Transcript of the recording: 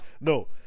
No